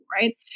right